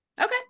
Okay